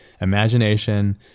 imagination